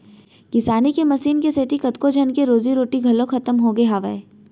किसानी के मसीन के सेती कतको झन के रोजी रोटी घलौ खतम होगे हावय